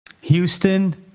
Houston